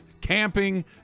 camping